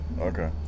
Okay